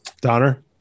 Donner